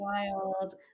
wild